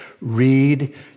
Read